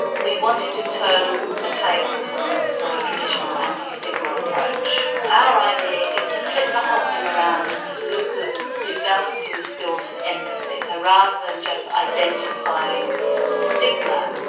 we wanted to turn the tables on the sort of traditional anti-stigma approach. our idea is to flip the whole thing around and to look at developing the skills of empathy. so rather than just identifying the stigma,